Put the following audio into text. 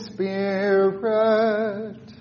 Spirit